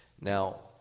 Now